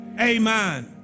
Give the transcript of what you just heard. Amen